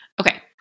Okay